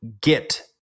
get